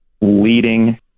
leading